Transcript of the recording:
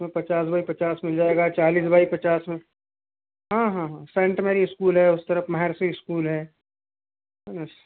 उस में पच्चास बाई पच्चास मिल जाएगा चालीस बाई पच्चास में हाँ हाँ सेंट मेरी स्कूल है उस तरफ़ माहा ऋषि स्कूल है है ना